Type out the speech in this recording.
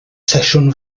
sesiwn